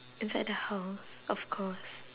inside the house of course